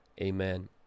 Amen